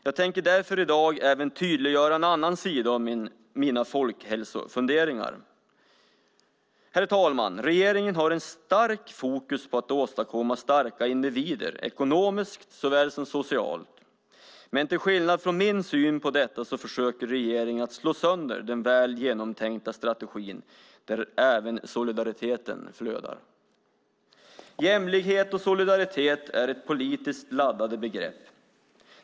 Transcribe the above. Jag tänkte därför i dag även tydliggöra en annan sida av mina folkhälsofunderingar. Herr talman! Regeringen har ett starkt fokus på att åstadkomma starka individer såväl ekonomiskt som socialt, men till skillnad från min syn på detta försöker regeringen slå sönder den väl genomtänkta strategin där även solidariteten flödar. Jämlikhet och solidaritet är politiskt laddade begrepp.